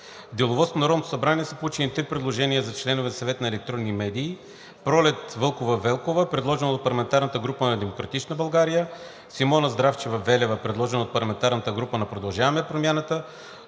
деловодството на Народното събрание са получени три предложения за членове на Съвета за електронни медии: Пролет Вълкова Велкова, предложена от парламентарната група на „Демократична България“; Симона Здравчева Велева, предложена от парламентарната група на „Продължаваме промяната“.